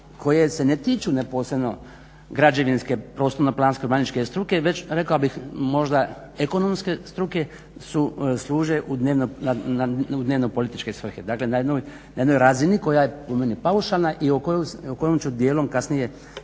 koje se ne tiču neposredno građevinske, prostorno-planske, urbanističke struke, već rekao bih možda ekonomske struke služe u dnevno političke svrhe. Dakle, na jednoj razini koja je po meni paušalna i o kojoj ću dijelom kasnije